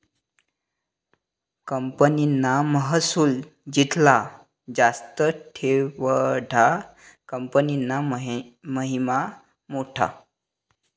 कंपनीना महसुल जित्ला जास्त तेवढा कंपनीना महिमा मोठा